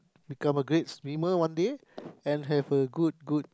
become a great swimmer one day and have a good good